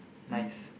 nice